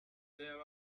there